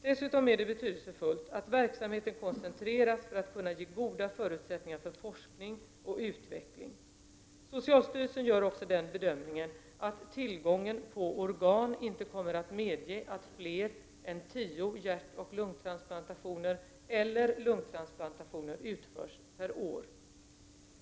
Dessutom är det betydelsefullt att verksamheten koncentreras för att kunna ge goda förutsättningar för forskning och utveckling. Socialstyrelsen gör också den bedömningen att tillgången på organ inte kommer att medge att fler än tio hjärtoch lungtransplantationer eller lungtransplantationer utförs per år.